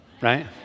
right